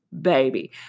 baby